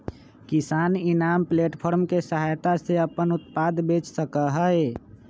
किसान इनाम प्लेटफार्म के सहायता से अपन उत्पाद बेच सका हई